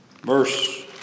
verse